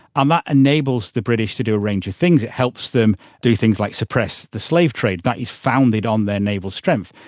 and that enables the british to do a range of things. it helps them do things like suppress the slave trade. that is founded on their naval strength.